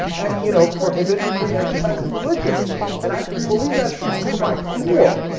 and you know, prohibit the free exercise of religion and i believe that to my core.